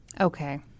Okay